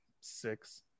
Six